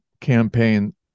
campaign